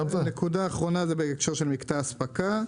נקודה אחרונה היא בהקשר של מקטע האספקה.